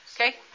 Okay